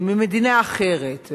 ממדינה אחרת,